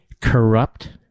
corrupt